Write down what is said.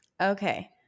okay